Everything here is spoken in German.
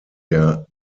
der